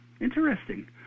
interesting